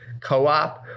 co-op